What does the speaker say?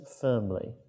firmly